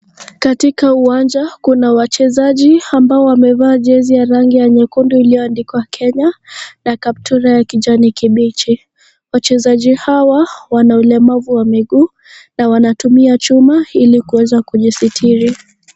Katika uwanja kuna wachezaji ambao wamevaa jezi ya rangi ya nyekundu iliyoandikwa Kenya na kaptura ya kijani kibichi. Wachezaji hawa wana ulemavu wa miguu na wanatumia chuma ili kuweza kujisitiri.